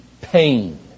pain